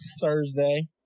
Thursday